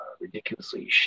ridiculously